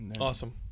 Awesome